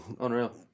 Unreal